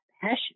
passion